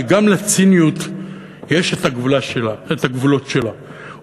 כי גם לציניות יש הגבולות שלה.